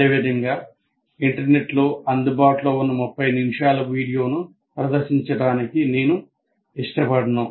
అదేవిధంగా ఇంటర్నెట్లో అందుబాటులో ఉన్న 30 నిమిషాల వీడియోను ప్రదర్శించడానికి నేను ఇష్టపడను